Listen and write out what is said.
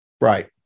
Right